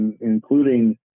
including